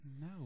No